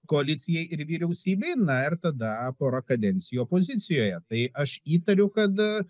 koalicijai ir vyriausybei na ir tada pora kadencijų opozicijoje tai aš įtariu kad